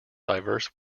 diverse